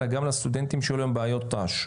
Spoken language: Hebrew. אלא גם לסטודנטים שהיו להם בעיות ת"ש.